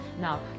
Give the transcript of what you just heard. Now